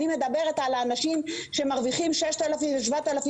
אני מדברת על אנשים שמרוויחים 6,000 ו-7,000